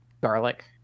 garlic